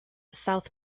south